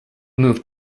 moved